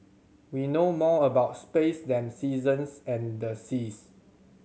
we know more about space than seasons and the seas